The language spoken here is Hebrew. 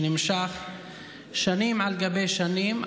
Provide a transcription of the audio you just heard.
שנמשך שנים על גבי שנים,